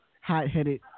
hot-headed